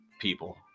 people